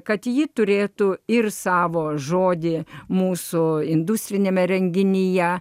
kad ji turėtų ir savo žodį mūsų industriniame renginyje